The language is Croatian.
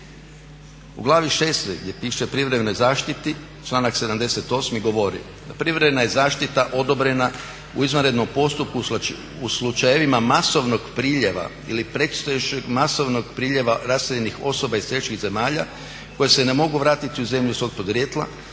U glavi 6.gdje piše o privremenoj zaštiti, članak 78.govori "Da privremena zaštita je odobrena u izvanrednom postupku u slučajevima masovnog prilijeva ili predstojećeg masovnog prilijeva raseljenih osoba iz tehničkih zemalja koje se ne mogu vratiti u zemlju svog porijekla